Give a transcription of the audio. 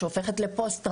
שהופכת לפוסט טראומה,